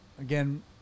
Again